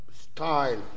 style